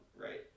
right